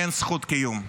אין זכות קיום.